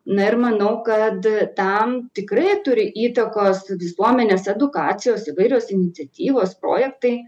na ir manau kad tam tikrai turi įtakos visuomenės edukacijos įvairios iniciatyvos projektai